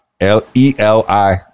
L-E-L-I